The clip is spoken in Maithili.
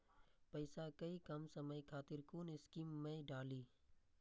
पैसा कै कम समय खातिर कुन स्कीम मैं डाली?